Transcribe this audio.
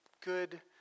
good